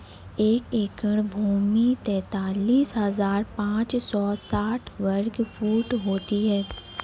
एक एकड़ भूमि तैंतालीस हज़ार पांच सौ साठ वर्ग फुट होती है